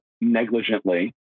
negligently